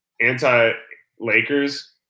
anti-Lakers